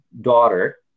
daughter